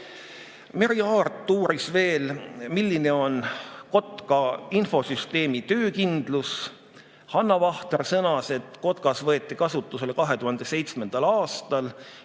Merry Aart uuris veel, milline on selle infosüsteemi töökindlus. Hanna Vahter sõnas, et KOTKAS võeti kasutusele 2007. aastal.